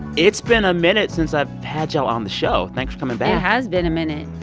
it's been a minute since i've had y'all on the show. thanks for coming back it has been a minute.